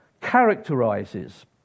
characterizes